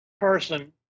person